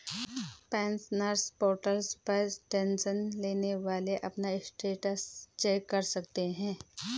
pensioners portal पर tension लेने वाली अपना स्टेटस चेक कर सकते हैं